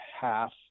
half